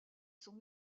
son